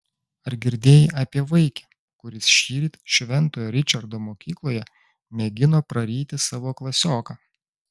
ar girdėjai apie vaikį kuris šįryt šventojo ričardo mokykloje mėgino praryti savo klasioką